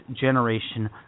generation